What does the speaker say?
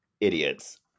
Idiots